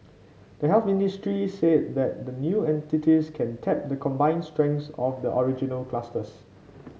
the Health Ministry said that the new entities can tap the combined strengths of the original clusters